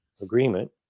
agreement